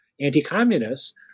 anti-communists